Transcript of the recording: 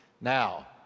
Now